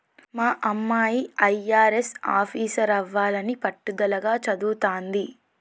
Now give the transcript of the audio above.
మా అమ్మాయి అయ్యారెస్ ఆఫీసరవ్వాలని పట్టుదలగా చదవతాంది